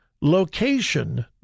location